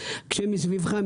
כשמסביבך,